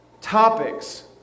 topics